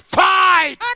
fight